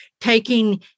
taking